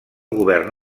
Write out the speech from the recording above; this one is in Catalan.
govern